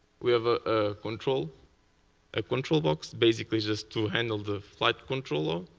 we have a ah control ah control box, basically just to handle the flight control log,